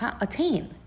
attain